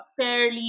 fairly